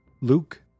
Luke